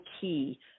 key